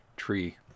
tree